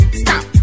stop